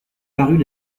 parut